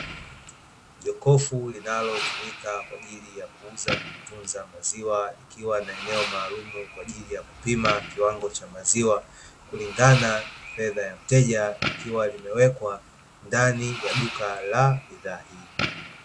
Jokofu linalotumika kwajili ya kutunza na kuuza maziwa, likiwa na eneo maalumu linalotumika kwajili ya kupima maziwa kulingana na fedha ya mteja likiwa limewekwa ndani la duka la bidhaa hiyo.